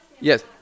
Yes